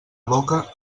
boca